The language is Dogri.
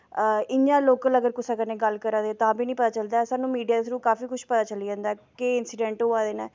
इ'यां लोकल कुसै कन्नै गल्ल करा दे ओ तां बी निं पता चलदियां न सानूं मीडिया दो थ्रू काफी कुछ पता चली जंदा ऐ केह् इंसीडैंट होेआ दे न